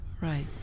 Right